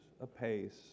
apace